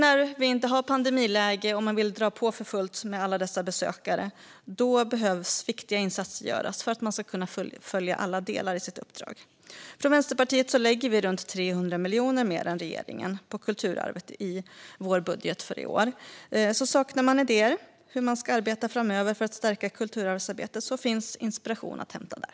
När vi nu inte har ett pandemiläge och man vill dra på för fullt med alla dessa besökare behöver alltså viktiga insatser göras för att museerna ska kunna fullfölja alla delar av sitt uppdrag. Vi i Vänsterpartiet lägger i vår budget för i år runt 300 miljoner mer på kulturarvet än vad regeringen gör. Saknar man idéer för hur man ska arbeta framöver med att stärka kulturarvsarbetet finns alltså inspiration att hämta där.